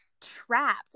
trapped